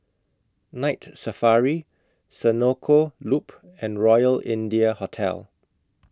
Night Safari Senoko Loop and Royal India Hotel